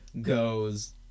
goes